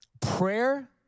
Prayer